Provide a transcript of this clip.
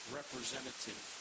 representative